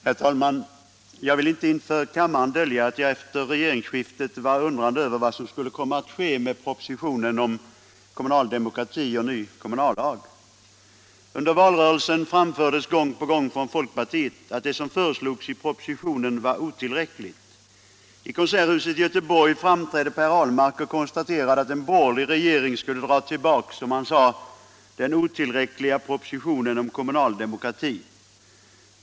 Herr talman! Jag vill inte inför kammaren dölja att jag efter regeringsskiftet undrade över vad som skulle komma att ske med propositionen om kommunal demokrati och ny kommunallag. Under valrörelsen framfördes gång på gång från folkpartiet att det som föreslogs i propositionen var otillräckligt. I konserthuset i Göteborg framträdde Per Ahlmark och konstaterade att en borgerlig regering skulle dra tillbaka, som han sade, ”den otillräckliga propositionen om kommunal demokrati”.